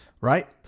Right